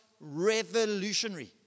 revolutionary